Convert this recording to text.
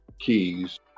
keys